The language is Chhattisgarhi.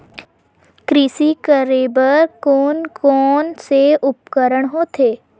कृषि करेबर कोन कौन से उपकरण होथे?